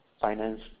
finance